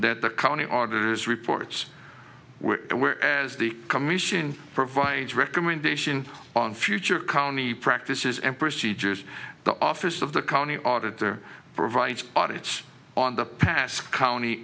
that the county auditors reports where as the commission provides recommendation on future county practices and procedures the office of the county auditor provides audience on the past county